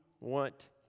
want